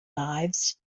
lives